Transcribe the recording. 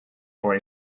boy